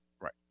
Right